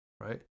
right